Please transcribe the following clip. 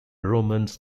romans